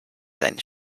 sein